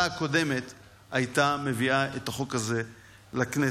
הקודמת הייתה מביאה את החוק הזה לכנסת,